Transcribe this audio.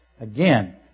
Again